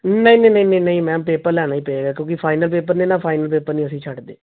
ਨਹੀਂ ਨਹੀਂ ਨਹੀਂ ਨਹੀਂ ਮੈਮ ਪੇਪਰ ਲੈਣਾ ਹੀ ਪਏਗਾ ਕਿਉਂਕਿ ਫਾਈਨਲ ਪੇਪਰ ਨੇ ਨਾ ਫਾਈਨਲ ਪੇਪਰ ਨਹੀਂ ਅਸੀਂ ਛੱਡ ਦੇ